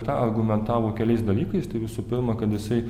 tą argumentavo keliais dalykais tai visų pirma kad jisai